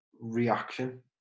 reaction